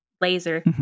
laser